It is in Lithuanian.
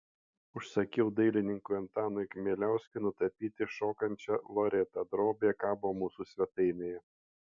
užsakiau dailininkui antanui kmieliauskui nutapyti šokančią loretą drobė kabo mūsų svetainėje